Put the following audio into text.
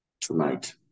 tonight